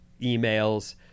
emails